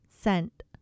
sent